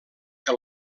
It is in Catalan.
que